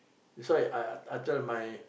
that's why I I tell my